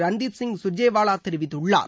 ரன்தீப்சிங் குர்ஜேவாலா தெரிவித்துள்ளார்